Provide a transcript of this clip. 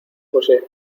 josé